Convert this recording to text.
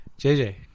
JJ